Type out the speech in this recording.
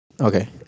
okay